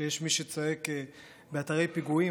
שיש מי שצועק באתרי פיגועים.